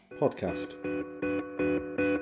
podcast